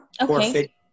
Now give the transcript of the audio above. Okay